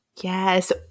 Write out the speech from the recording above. Yes